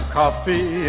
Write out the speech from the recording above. coffee